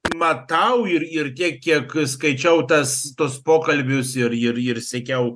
matau ir ir tiek kiek skaičiau tas tuos pokalbius ir ir ir sekiau